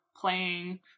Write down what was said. playing